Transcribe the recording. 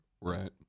Right